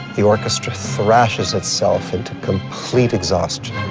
the orchestra thrashes itself into complete exhaustion.